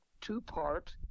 two-part